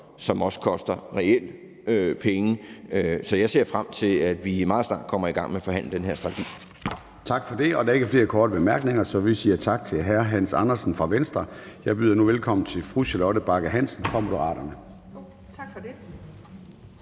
som også koster reelle penge. Så jeg ser frem til, at vi meget snart kommer i gang med at forhandle den her strategi. Kl. 14:15 Formanden (Søren Gade): Tak for det. Der er ikke flere korte bemærkninger, så vi siger tak til hr. Hans Andersen fra Venstre. Jeg byder nu velkommen til fru Charlotte Bagge Hansen fra Moderaterne. Kl.